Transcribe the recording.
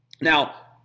Now